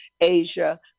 Asia